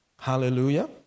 Hallelujah